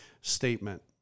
statement